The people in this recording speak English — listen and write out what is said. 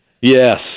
Yes